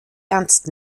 ernst